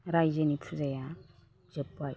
राइजोनि फुजाया जोब्बाय